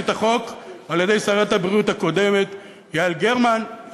את החוק על-ידי שרת הבריאות הקודמת יעל גרמן.